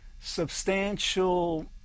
substantial